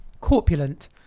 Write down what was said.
Corpulent